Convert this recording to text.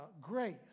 grace